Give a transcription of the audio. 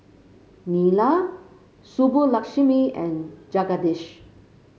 Neila Subbulakshmi and Jagadish